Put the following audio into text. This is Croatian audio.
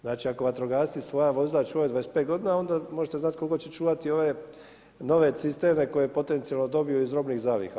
Znači ako vatrogasci svoja vozila čuvaju 25 godina onda možete znati koliko će čuvati ove nove cisterne koje potencijalno dobiju iz robnih zaliha.